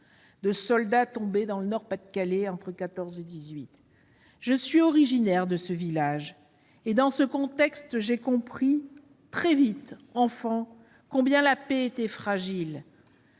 de soldats tombés dans le Nord-Pas-de-Calais entre 1914 et 1918. Je suis originaire de ce village et j'ai compris très vite, enfant, combien la paix est fragile,